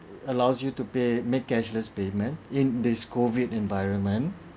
allows you to pay make cashless payment in this COVID environment